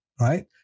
Right